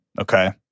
okay